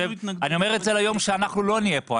אני אומר את זה ליום שאנחנו לא נהיה פה,